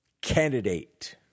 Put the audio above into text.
candidate